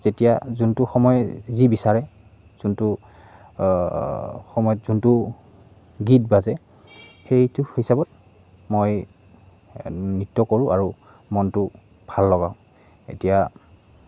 যেতিয়া যোনটো সময় যি বিচাৰে যোনটো সময়ত যোনটো গীত বাজে সেইটো হিচাপত মই নৃত্য কৰোঁ আৰু মনটো ভাললগাওঁ এতিয়া